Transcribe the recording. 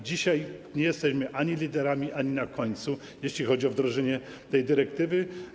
Dzisiaj nie jesteśmy ani liderami, ani na końcu, jeśli chodzi o wdrożenie tej dyrektywy.